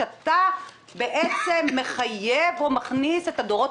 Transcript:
שאתה בעצם מחייב או מכניס את הדורות